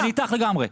אני איתך לגמרי,